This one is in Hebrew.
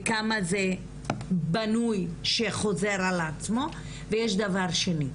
וכמה זה בנוי שחוזר על עצמו ויש דבר שני,